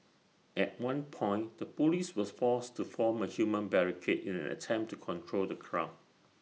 at one point the Police were forced to form A human barricade in an attempt to control the crowd